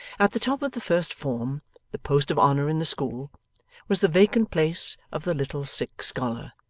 at the top of the first form the post of honour in the school was the vacant place of the little sick scholar,